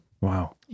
Wow